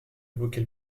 évoquer